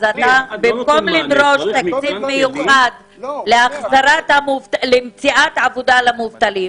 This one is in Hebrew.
הוא אומר --- במקום לדרוש תקציב מיוחד למציאת עבודה למובטלים,